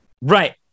Right